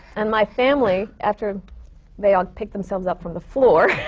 and my family, after they all picked themselves up from the floor